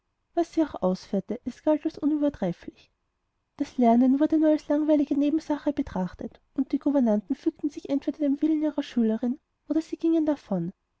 was sie auch ausführte es galt alles als unübertrefflich das lernen wurde nur als langweilige nebensache betrachtet und die gouvernanten fügten sich entweder dem willen ihrer schülerin oder sie gingen davon